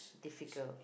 difficult